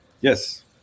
yes